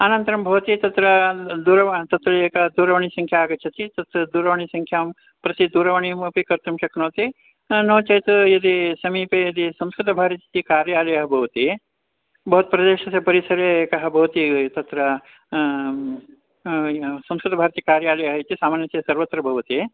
अनन्तरं भवती तत्र दूरवाणी तत्र एका दूरवाणीसङ्ख्या आगच्छति तत् दूरवाणीसङ्ख्यां प्रति दूरवाणीमपि कर्तुं शक्नोति नो चेत् यदि समीपे यदि संस्कृतभारत्याः कार्यालयः भवति भवत्याः प्रदेशस्य परिसरे एकः भवति तत्र संस्कृतभारत्याः कार्यालयः इति सामान्यतया सर्वत्र भवति